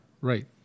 Right